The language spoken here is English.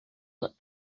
that